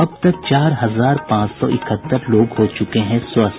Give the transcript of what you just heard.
अब तक चार हजार पांच सौ इकहत्तर लोग हो चुके हैं स्वस्थ